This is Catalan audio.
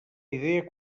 idea